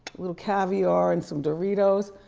little caviar and some doritos.